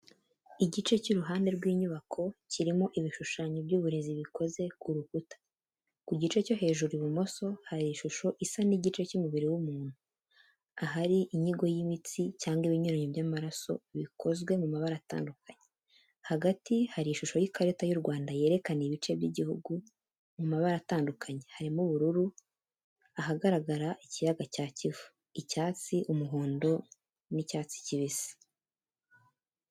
Igice cy’uruhande rw’inyubako kirimo ibishushanyo by’uburezi bikoze ku rukuta. Ku gice cyo hejuru ibumoso hari ishusho isa n’igice cy’umubiri w’umuntu, ahari inyigo y’imitsi cyangwa ibinyuranyo by’amaraso, bikozwe mu mabara atandukanye. Hagati, hari ishusho y’ikarita y’u Rwanda yerekana ibice by’igihugu mu mabara atandukanye, harimo ubururu, ahagaragara ikiyaga cya Kivu, icyatsi, umuhondo n’icyatsi kibisi.